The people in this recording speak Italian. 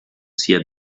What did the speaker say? sia